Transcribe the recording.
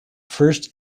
first